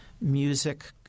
music